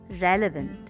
relevant